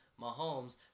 Mahomes